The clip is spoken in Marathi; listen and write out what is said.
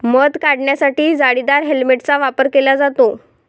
मध काढण्यासाठी जाळीदार हेल्मेटचा वापर केला जातो